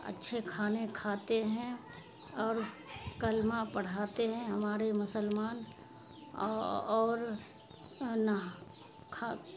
اچھے کھانے کھاتے ہیں اور کلمہ پڑھاتے ہیں ہمارے مسلمان اور نہ کھا